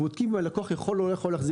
אנחנו בודקים אם הלקוח יכול או לא יכול להחזיר.